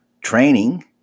training